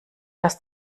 dass